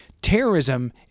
terrorism